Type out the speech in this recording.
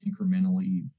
incrementally